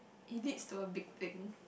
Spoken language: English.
it is to a big thing